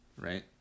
right